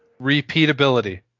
Repeatability